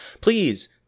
Please